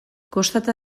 kostata